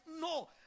No